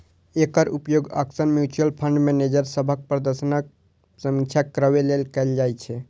एकर उपयोग अक्सर mutual fund manager सभक प्रदर्शनक समीक्षा करै लेल कैल जाइ छै